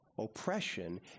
Oppression